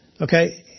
Okay